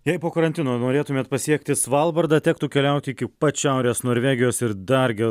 jei po karantino norėtumėt pasiekti svalbardą tektų keliauti iki pat šiaurės norvegijos ir dar ge